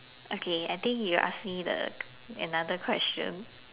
okay I think you ask me the another question